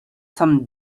some